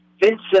Vincent